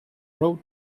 road